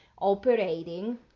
operating